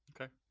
Okay